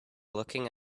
looking